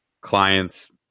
clients